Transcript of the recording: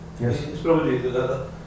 Yes